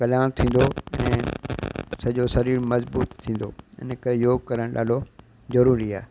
कल्याण थींदो ऐं सॼो शरीर मजबूतु थींदो इन करे योग करणु ॾाढो ज़रूरी आहे